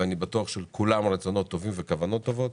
שאני בטוח שהם כולם רצונות טובים וכוונות טובות,